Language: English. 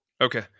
Okay